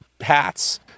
hats